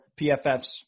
PFFs